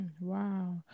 wow